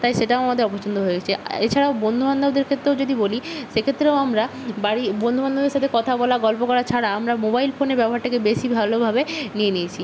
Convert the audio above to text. তাই সেটাও আমাদের অপছন্দ হয়েছে এছাড়াও বন্ধুবান্ধবদের ক্ষেত্রেও যদি বলি সেক্ষেত্রেও আমরা বাড়ি বন্ধুবান্ধবের সাথে কথা বলা গল্প করা ছাড়া আমরা মোবাইল ফোনের ব্যবহারটাকে বেশি ভালোভাবে নিয়ে নিয়েছি